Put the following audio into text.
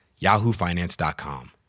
yahoofinance.com